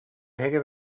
эһиги